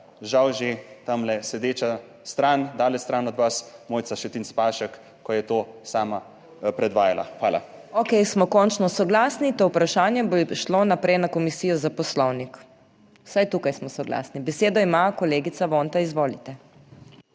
žal že tamle sedeča stran, daleč stran od vas, Mojca Šetinc Pašek, ko je to sama predvajala. Hvala. **PODPREDSEDNICA MAG. MEIRA HOT:** Smo končno soglasni. To vprašanje bo šlo naprej na Komisijo za poslovnik, vsaj tukaj smo soglasni. Besedo ima kolegica Vonta, izvolite.